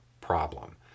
problem